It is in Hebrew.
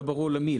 לא ברור למי,